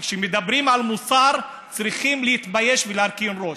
כשמדברים על מוסר צריכים להתבייש ולהרכין ראש.